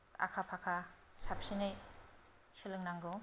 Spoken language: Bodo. आखा फाखा साबसिनै सोलोंनांगौ